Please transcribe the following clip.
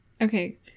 Okay